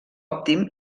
òptim